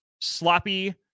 sloppy